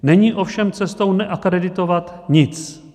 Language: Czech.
Není ovšem cestou neakreditovat nic.